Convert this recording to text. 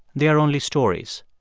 they are only stories.